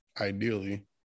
ideally